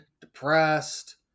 depressed